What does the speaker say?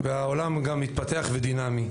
והעולם גם מתפתח ודינמי.